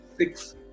six